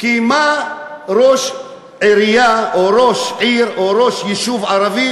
כי מה ראש עירייה או ראש עיר או ראש יישוב ערבי,